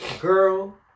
girl